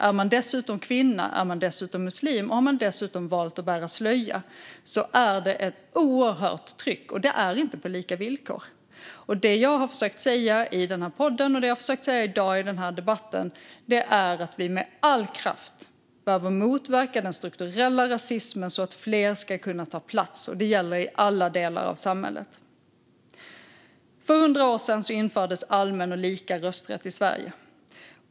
Är man utöver det kvinna och även muslim och dessutom har valt att bära slöja är det ett oerhört tryck. Då är det inte lika villkor. Det jag har försökt säga i den här podden och i debatten i dag är att vi med all kraft behöver motverka den strukturella rasismen, så att fler ska kunna ta plats. Det gäller i alla delar av samhället. För 100 år sedan infördes allmän och lika rösträtt i Sverige.